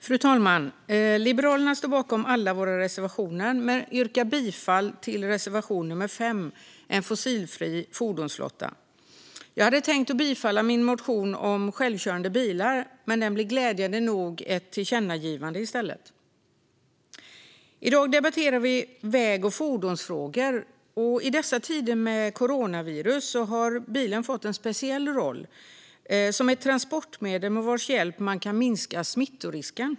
Fru talman! Vi i Liberalerna står bakom alla våra reservationer men yrkar bifall enbart till reservation nr 5, En fossilfri fordonsflotta. Jag hade tänkt yrka bifall till min motion om självkörande bilar, men den blev glädjande nog ett tillkännagivande i stället. I dag debatterar vi väg och fordonsfrågor. I dessa tider med coronavirus har bilen fått en speciell roll som ett transportmedel med vars hjälp man kan minska smittorisken.